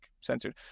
censored